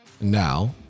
Now